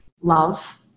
love